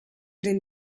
den